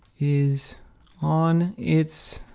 is on its